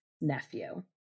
nephew